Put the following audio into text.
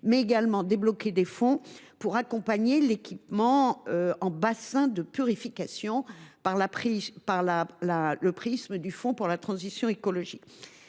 a également débloqué des fonds pour accompagner l’équipement en bassins de purification le fonds pour la transition écologique.